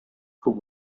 күп